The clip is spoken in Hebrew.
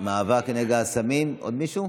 למעמד האישה, למאבק בנגע הסמים, עוד מישהו?